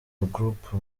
group